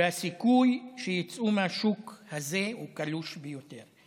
והסיכוי שייצאו מהשוק הזה קלוש ביותר.